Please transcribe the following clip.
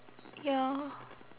ya